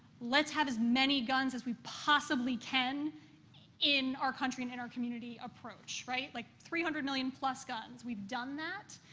let's have as many guns as we possibly can in our country and in our community, approach, right? like, three hundred million-plus guns. we've done that.